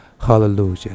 Hallelujah